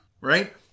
right